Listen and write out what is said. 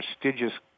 prestigious